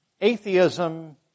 Atheism